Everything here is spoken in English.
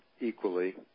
equally